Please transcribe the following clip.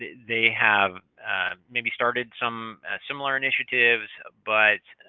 they have maybe started some similar initiatives but